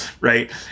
right